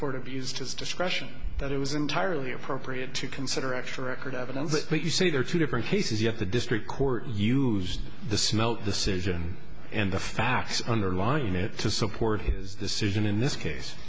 court abused its discretion that it was entirely appropriate to consider actual record evidence that you see there are two different cases yet the district court used the smell decision and the facts underlying it to support his decision in this case